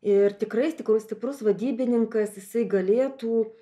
ir tikrai tikrai stiprus vadybininkas jisai galėtų